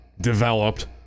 developed